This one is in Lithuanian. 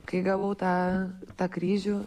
kai gavau tą tą kryžių